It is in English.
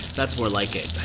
that's more like it.